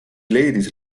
leidis